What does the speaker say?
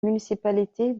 municipalité